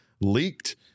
leaked